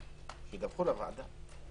שידווחו לוועדה.